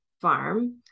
farm